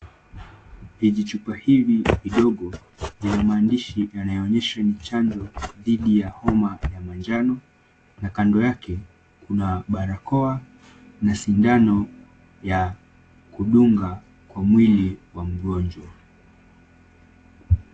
Vijichupa hivi vidogo vina maandishi yanayoonyesha ni chanjo dhidi ya homa ya manjano na kando yake kuna barakoa na sindano ya kudunga kwa mwili wa mgonjwa.